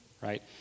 right